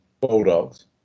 Bulldogs